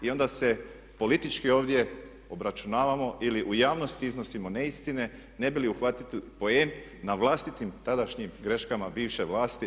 I onda se politički ovdje obračunavamo ili u javnosti iznosimo neistine ne bi li uhvatili poen na vlastitim tadašnjim greškama bivše vlasti.